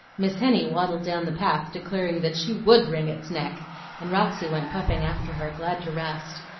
miss henny waddled down the path, declaring that she would wring its neck and roxy went puffing after her, glad to rest.